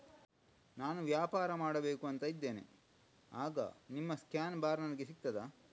ನಾನು ವ್ಯಾಪಾರ ಮಾಡಬೇಕು ಅಂತ ಇದ್ದೇನೆ, ಆಗ ನಿಮ್ಮ ಸ್ಕ್ಯಾನ್ ಬಾರ್ ನನಗೆ ಸಿಗ್ತದಾ?